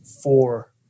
four